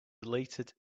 deleted